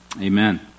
Amen